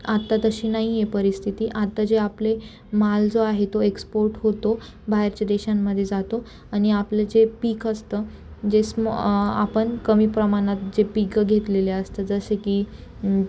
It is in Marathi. आत्ता तशी नाही आहे परिस्थिती आत्ता जे आपले माल जो आहे तो एक्सपोर्ट होतो बाहेरच्या देशांमध्ये जातो आणि आपलं जे पीक असतं जे स्मा आ आपण कमी प्रमाणात जे पिकं घेतलेले असते जसे की